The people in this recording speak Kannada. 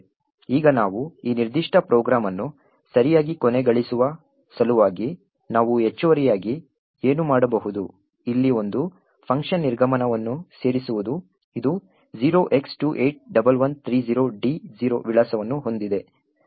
ಈಗ ನಾವು ಈ ನಿರ್ದಿಷ್ಟ ಪ್ರೋಗ್ರಾಂ ಅನ್ನು ಸರಿಯಾಗಿ ಕೊನೆಗೊಳಿಸುವ ಸಲುವಾಗಿ ನಾವು ಹೆಚ್ಚುವರಿಯಾಗಿ ಏನು ಮಾಡಬಹುದು ಇಲ್ಲಿ ಒಂದು ಫಂಕ್ಷನ್ ನಿರ್ಗಮನವನ್ನು ಸೇರಿಸುವುದು ಇದು 0x281130d0 ವಿಳಾಸವನ್ನು ಹೊಂದಿದೆ